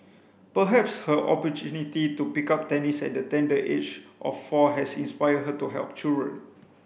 perhaps her opportunity to pick up tennis at the tender age of four has inspired her to help children